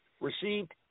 received